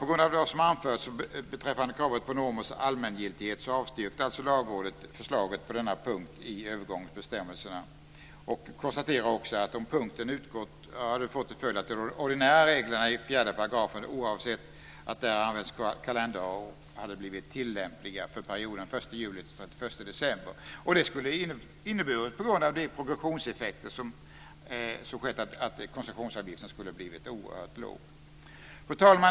På grund av vad som har anförts beträffande kravet på normers allmängiltighet avstyrkte alltså Lagrådet förslaget på denna punkt i övergångsbestämmelserna, och konstaterar också att om punkten utgått så skulle det ha fått till följd att de ordinära reglerna i 4 §, oavsett att där används ordet kalenderår, hade blivit tillämpliga för perioden den 1 juli-31 december. Det skulle på grund av de progressionseffekter som har uppstått ha inneburit att koncessionsavgiften skulle ha blivit oerhört låg. Fru talman!